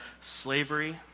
slavery